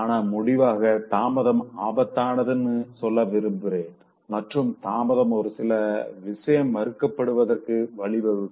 ஆனா முடிவாக தாமதம் ஆபத்தானதுனு சொல்ல விரும்புறேன் மற்றும் தாமதம் ஒரு சில விஷயம் மறுக்கப்படுவதற்கு கூட வழிவகுக்கும்